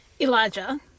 Elijah